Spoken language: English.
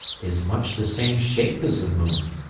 is much the same shape as the moon,